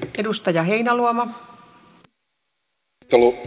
keskustelu